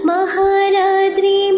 Maharadri